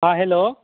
हाँ हैलो